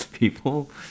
people